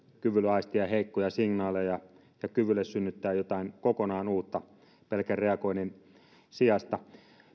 kyvylle aistia heikkoja signaaleja ja synnyttää jotakin kokonaan uutta pelkän reagoimisen sijasta